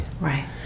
Right